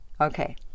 Okay